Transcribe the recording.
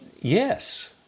Yes